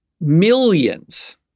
millions